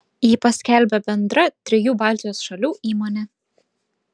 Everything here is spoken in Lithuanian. jį paskelbė bendra trijų baltijos šalių įmonė